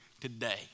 today